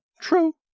True